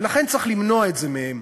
ולכן, צריך למנוע את זה מהם.